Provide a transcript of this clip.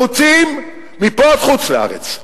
יהיו לנו תירוצים מפה עד חוץ-לארץ.